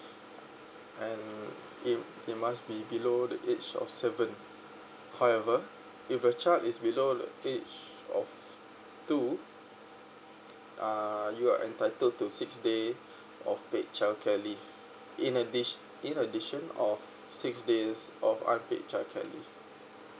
and him he must be below the age of seven however if your child is below the age of two uh you are entitled to six day of paid child care leave in addit~ in addition of six days of unpaid child care leave